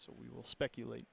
so we will speculate